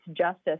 justice